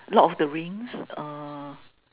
Lord of The Rings uh